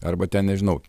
arba ten nežinau